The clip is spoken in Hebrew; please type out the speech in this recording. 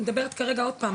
אני מדברת כרגע עוד פעם,